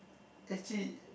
actually